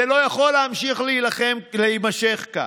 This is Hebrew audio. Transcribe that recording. זה לא יכול להימשך כך,